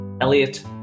Elliot